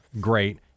great